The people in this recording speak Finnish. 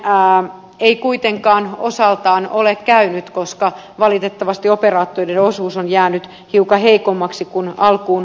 näin ei kuitenkaan osaltaan ole käynyt koska valitettavasti operaattoreiden osuus on jäänyt hiukan heikommaksi kuin alkuun oletettiin